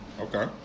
okay